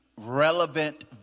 relevant